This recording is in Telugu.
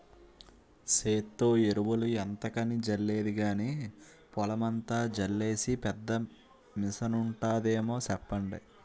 సేత్తో ఎరువులు ఎంతకని జల్లేది గానీ, పొలమంతా జల్లీసే పెద్ద మిసనుంటాదేమో సెప్పండి?